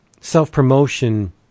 self-promotion